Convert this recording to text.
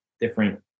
different